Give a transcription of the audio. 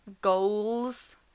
goals